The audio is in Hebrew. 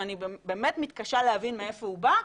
שאני באמת מתקשה להבין מאיפה הוא בא.